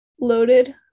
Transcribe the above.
loaded